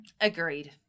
Agreed